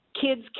kids